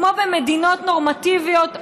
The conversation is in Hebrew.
כמו במדינות נורמטיביות,